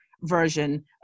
version